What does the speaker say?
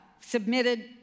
submitted